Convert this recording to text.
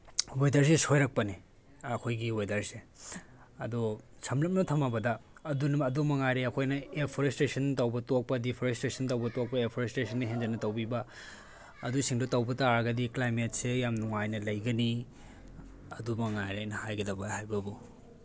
ꯋꯦꯗꯔꯁꯤ ꯁꯣꯏꯔꯛꯄꯅꯤ ꯑꯩꯈꯣꯏꯒꯤ ꯋꯦꯗꯔꯁꯦ ꯑꯗꯣ ꯁꯝꯂꯞꯅ ꯊꯝꯂꯕꯗ ꯑꯗꯨ ꯃꯉꯥꯏꯔꯦ ꯑꯩꯈꯣꯏꯅ ꯑꯦꯐꯣꯔꯦꯁꯇꯦꯁꯟ ꯇꯧꯕ ꯇꯣꯛꯄ ꯗꯤꯐꯣꯔꯦꯁꯇꯦꯁꯟ ꯇꯧꯕ ꯇꯣꯛꯄ ꯑꯦꯐꯣꯔꯦꯁꯇꯦꯁꯟꯅ ꯍꯦꯟꯖꯤꯟꯅ ꯇꯧꯕꯤꯕ ꯑꯗꯨꯁꯤꯡꯗꯣ ꯇꯧꯕ ꯇꯥꯔꯒꯗꯤ ꯀ꯭ꯂꯥꯏꯃꯦꯠꯁꯦ ꯌꯥꯝ ꯅꯨꯡꯉꯥꯏꯅ ꯂꯩꯒꯅꯤ ꯑꯗꯨ ꯃꯉꯥꯏꯔꯦ ꯑꯩꯅ ꯍꯥꯏꯒꯗꯕ ꯍꯥꯏꯕꯕꯨ